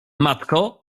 matko